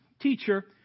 Teacher